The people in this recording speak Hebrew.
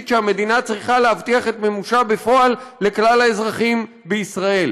שהמדינה צריכה להבטיח את מימושה בפועל לכלל האזרחים בישראל.